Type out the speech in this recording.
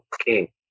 Okay